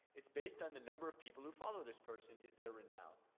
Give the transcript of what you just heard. it's based on the number of people who follow this person, is there renown?